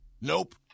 Nope